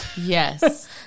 yes